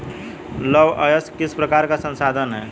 लौह अयस्क किस प्रकार का संसाधन है?